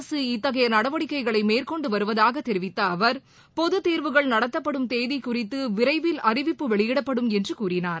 அரசு இத்தகைய நடவடிக்கைகளை மேற்கொண்டு வருவதாக தெரிவித்த அவர் பொதுத் தேர்வுகள் நடத்தப்படும் தேதி குறித்து விரைவில் அறிவிப்புவெளியிடப்படும் என்று கூறினார்